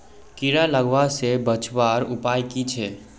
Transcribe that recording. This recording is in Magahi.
कीड़ा लगवा से बचवार उपाय की छे?